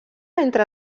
entre